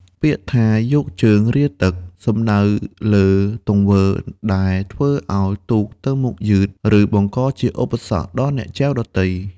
ពាក្យថា «យកជើងរាទឹក» សំដៅលើទង្វើដែលធ្វើឱ្យទូកទៅមុខយឺត ឬបង្កជាឧបសគ្គដល់អ្នកចែវដទៃ។